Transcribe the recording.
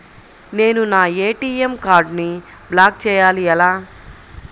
నేను నా ఏ.టీ.ఎం కార్డ్ను బ్లాక్ చేయాలి ఎలా?